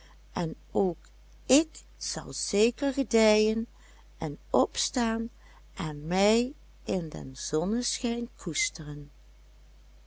en ook ik zal zeker gedijen en opstaan en mij in den zonneschijn koesteren